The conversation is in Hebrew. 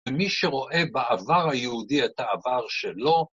ומי שרואה בעבר היהודי את העבר שלו